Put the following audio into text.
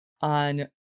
on